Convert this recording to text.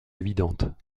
évidentes